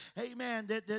amen